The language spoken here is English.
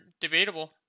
debatable